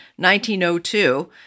1902